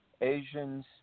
Asians